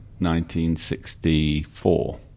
1964